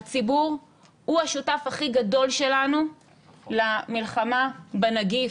הציבור הוא השותף הכי גדול שלנו למלחמה בנגיף.